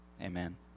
amen